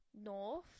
North